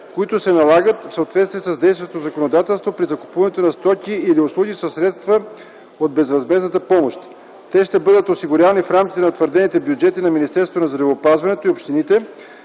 които се налагат в съответствие с действащото законодателство при закупуването на стоки или услуги със средства от безвъзмездната помощ. Те ще бъдат осигурявани в рамките на утвърдените бюджети на Министерството на здравеопазването и общините